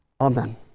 Amen